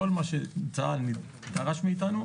כל מה שצה"ל דרש מאיתנו,